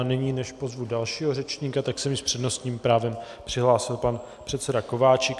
Nyní, než pozvu dalšího řečníka, se mi s přednostním právem přihlásil pan předseda Kováčik.